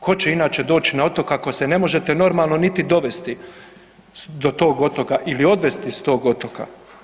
Tko će inače doći na otok ako se ne možete normalno niti dovesti do tog otoka ili odvesti s tog otoka?